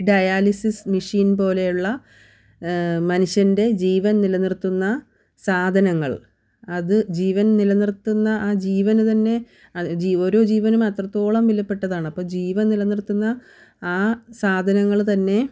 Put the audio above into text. dialysis machine പോലെയുള്ള മനുഷ്യൻ്റെ ജീവൻ നിലനിർത്തുന്ന സാധനങ്ങൾ അത് ജീവൻ നിലനിർത്തുന്ന ആ ജീവന് തന്നെ ഓരോ ജീവനും അത്രത്തോളം വിലപ്പെട്ടതാണ് അപ്പം ജീവൻ നിലനിർത്തുന്ന ആ സാധനങ്ങൾ തന്നെ